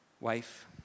wife